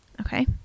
Okay